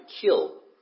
kill